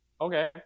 Okay